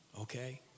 okay